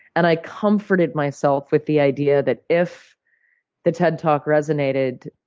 and i comforted myself with the idea that, if the ted talk resonated,